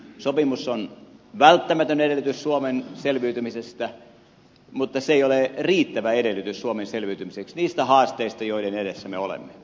sopimus on välttämätön edellytys suomen selviytymiselle mutta se ei ole riittävä edellytys suomen selviytymiseksi niistä haasteista joiden edessä me olemme